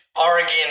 Oregon